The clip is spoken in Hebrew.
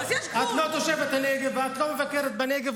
את לא תושבת הנגב ואת לא מבקרת בנגב,